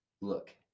Look